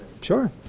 Sure